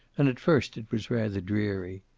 and at first it was rather dreary.